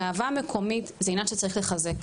גאווה מקומית זה עניין שצריך לחזק.